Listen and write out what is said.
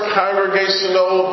congregational